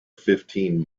fifteen